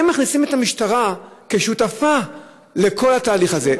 הם מכניסים את המשטרה כשותפה לכל התהליך הזה.